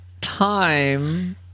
time